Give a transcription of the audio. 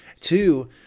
Two